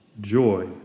joy